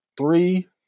three